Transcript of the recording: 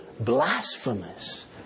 blasphemous